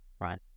right